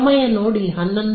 ಸಮಯ ನೋಡಿ 1150